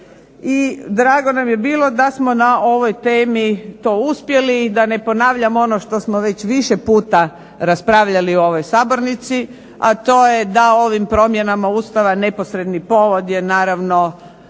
I drago nam je bilo da smo na ovoj temi to uspjeli. I da ne ponavljam ono što smo već više puta raspravljali u ovoj sabornici, a to je da ovim promjenama Ustava neposredni povod je naravno